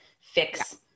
fix